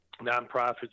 nonprofits